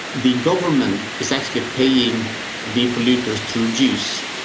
the government is actually paying the polluters to reduce.